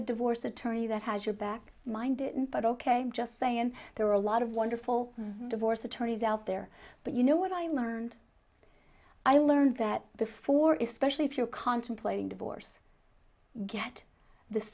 a divorce attorney that has your back mine didn't but ok just saying there are a lot of wonderful divorce attorneys out there but you know what i learned i learned that before is especially if you're contemplating divorce get th